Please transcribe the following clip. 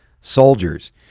soldiers